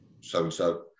so-and-so